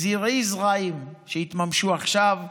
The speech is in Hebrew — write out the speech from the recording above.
זרעי זרעים שיתממשו עכשיו,